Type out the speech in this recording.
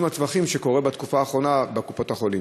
הטווחים שקורים בתקופה האחרונה בקופות-החולים?